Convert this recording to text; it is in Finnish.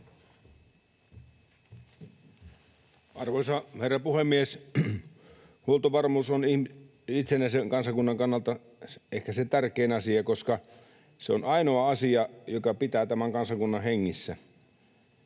Arvoisa herra puhemies! Huoltovarmuus on itsenäisen kansakunnan kannalta ehkä se tärkein asia, koska se on ainoa asia, joka pitää tämän kansakunnan hengissä.